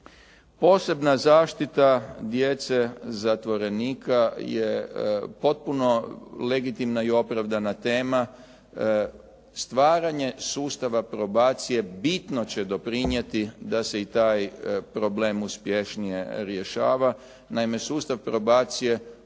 Posebna zaštita djece zatvorenika je potpuno legitimna i opravdana tema. Stvaranje sustava probacije bitno će doprinijeti da se i taj problem uspješnije rješava. Naime, sustav probacije